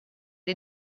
dei